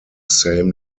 same